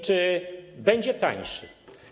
Czy będzie tańszy?